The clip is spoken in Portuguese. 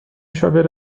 chaveiro